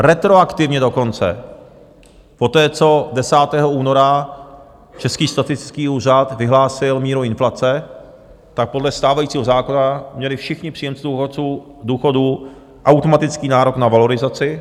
Retroaktivně dokonce, poté, co 10. února Český statistický úřad vyhlásil míru inflace, tak podle stávajícího zákona měli všichni příjemci důchodů automatický nárok na valorizaci.